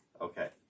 okay